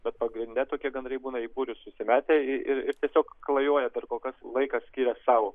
bet pagrinde tokie gandrai būna į būrį susimetę ir ir ir tiesiog klajoja dar kol kas laiką skiria sau